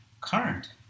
current